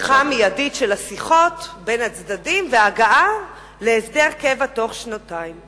פתיחה מיידית של השיחות בין הצדדים והגעה להסדר קבע בתוך שנתיים.